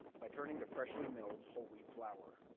by turning to freshly milled whole-wheat flour.